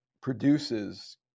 produces